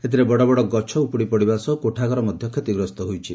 ଏଥିରେ ବଡ଼ ବଡ଼ ଗଛ ଉପୁଡ଼ି ପଡ଼ିବା ସହ କୋଠାଘର ମଧ୍ୟ କ୍ଷତିଗ୍ରସ୍ତ ହୋଇଛି